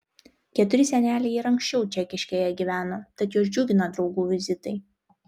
keturi seneliai ir anksčiau čekiškėje gyveno tad juos džiugina draugų vizitai